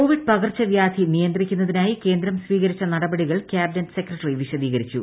Covid പകർച്ചവ്യാധി നിയന്ത്രിക്കുന്നതിനായി കേന്ദ്രം സ്വീകരിച്ച നടപടികൾ കാബിനറ്റ് സെക്രട്ടറി വിശദീകരിച്ചു